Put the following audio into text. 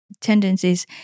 tendencies